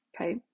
okay